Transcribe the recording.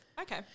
Okay